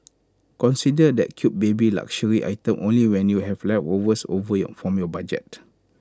consider that cute baby luxury item only when you have leftovers over you from your budget